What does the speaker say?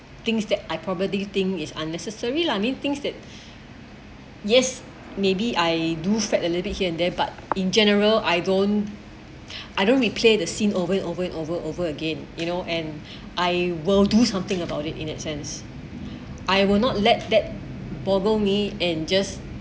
things that I property thing is unnecessary lah mean things that yes maybe I do fret a little bit here and there but in general I don't I don't replay the scene over and over and over over again you know and I will do something about it in that sense I will not let that boggle me and just